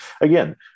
again